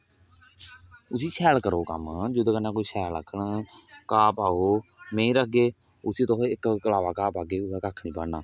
उसी शैल करना जेहदे कन्नै कोई उसी शैल आक्खग घा पाओ मेहीं रखगे उसी तुस इक कलावा घा पागे ओहदा कक्ख नेईं बनना